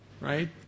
right